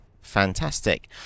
fantastic